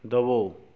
ਦੇਵੋ